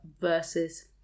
Versus